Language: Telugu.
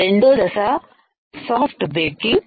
రెండో దశ సాఫ్ట్ బేకింగ్